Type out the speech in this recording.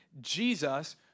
Jesus